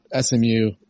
SMU